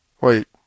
Wait